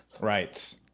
Right